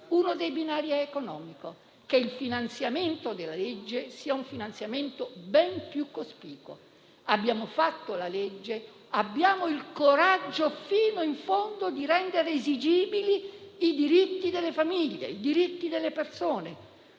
uno dei binari è economico: che il finanziamento della legge sia ben più cospicuo. Abbiamo fatto la legge? Abbiamo il coraggio fino in fondo di rendere esigibili i diritti delle famiglie, i diritti delle persone.